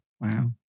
Wow